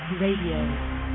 Radio